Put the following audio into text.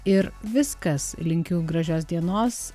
ir viskas linkiu gražios dienos